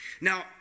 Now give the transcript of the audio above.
Now